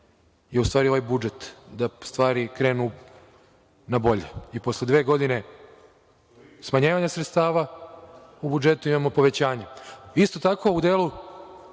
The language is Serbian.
je u stvari ovaj budžet, da stvari krenu na bolje. I posle dve godine smanjivanja sredstava, u budžetu imamo povećanja. Isto tako, u delu